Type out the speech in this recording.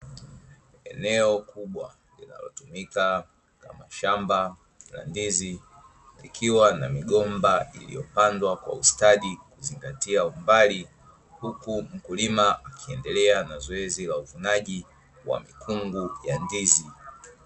Eneo kubwa linalotumika kama shamba la Ndizi likiwa na migomba iliyopandwa kwa ustadi kuzingatia umbali, Huku mkulima akiendelea na zoezi la uvunaji wa mikungu wa Ndizi.